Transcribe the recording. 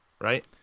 right